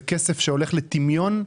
זה כסף שיורד לטמיון.